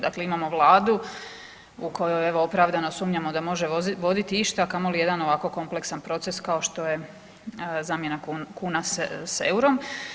Dakle imamo Vladu u kojoj, evo, opravdano sumnjamo da može voditi išta, a kamoli jedan ovako kompleksan proces, kao što je zamjena kuna s eurom.